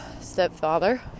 stepfather